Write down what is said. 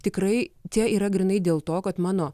tikrai čia yra grynai dėl to kad mano